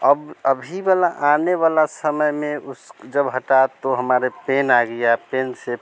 अब अभी वाला आने वाले समय में उस जब हटा तो हमारे पेन आ गया पेन से